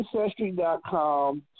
Ancestry.com